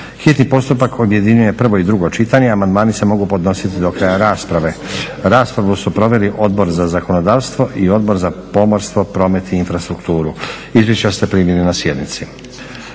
hitni postupak objedinjuje prvo i drugo čitanje. Amandmani se mogu podnositi do kraja rasprave. Raspravu su proveli Odbor za zakonodavstvo i Odbor za pomorstvo, promet i infrastrukturu. Izvješća ste primili na sjednici.